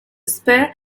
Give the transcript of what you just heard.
spare